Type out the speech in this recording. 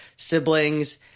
siblings